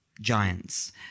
Giants